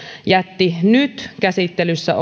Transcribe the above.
jätti nyt käsittelyssä